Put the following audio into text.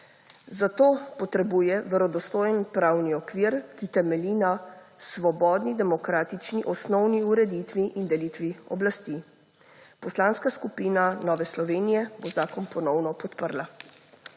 Zato potrebuje verodostojen pravni okvir, ki temelji na svobodni demokratični osnovni ureditvi in delitvi oblasti. Poslanska skupina Nove Slovenije bo zakon ponovno podprla.